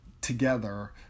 together